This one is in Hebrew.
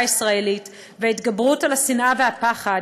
הישראלית וההתגברות על השנאה והפחד,